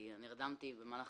לבית